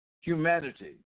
humanity